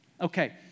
Okay